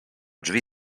drzwi